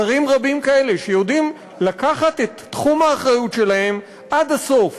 שרים רבים כאלה שיודעים לקחת את תחום האחריות שלהם עד הסוף,